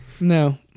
No